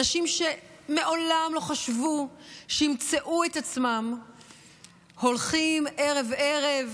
אנשים שמעולם לא חשבו שימצאו את עצמם הולכים ערב-ערב,